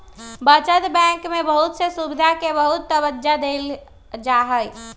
बचत बैंक में बहुत से सुविधा के बहुत तबज्जा देयल जाहई